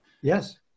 Yes